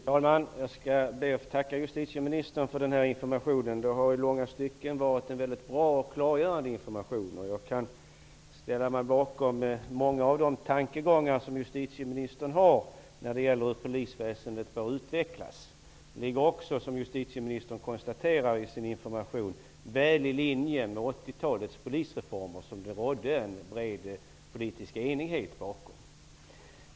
Fru talman! Jag ber att få tacka justitieministern för den här informationen. Den har i långa stycken varit mycket bra och klargörande. Jag kan ställa mig bakom många av de tankegångar som justitieministern har om hur polisväsendet bör utvecklas. De ligger även -- som justitieministern också konstaterade i sin information -- väl i linje med 80-talets polisreformer, som det rådde en bred politisk enighet om.